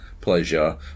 pleasure